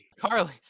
Carly